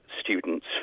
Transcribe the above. students